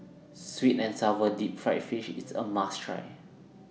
Sweet and Sour Deep Fried Fish IS A must Try